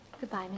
Goodbye